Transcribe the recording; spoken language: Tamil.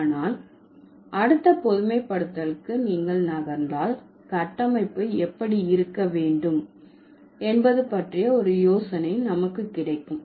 ஆனால் அடுத்த பொதுமைப்படுத்தலுக்கு நீங்கள் நகர்ந்தால் கட்டமைப்பு எப்படி இருக்க வேண்டும் என்பது பற்றிய ஒரு யோசனை நமக்கு கிடைக்கும்